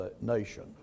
nation